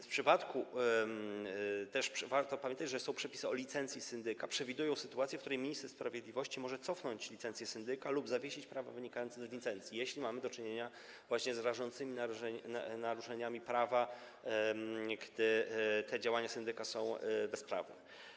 Warto też pamiętać, że są przepisy o licencji syndyka, które przewidują sytuację, w której minister sprawiedliwości może cofnąć licencję syndyka lub zawiesić prawo wynikające z licencji, jeśli mamy do czynienia z rażącymi naruszeniami prawa, gdy działania syndyka są bezprawne.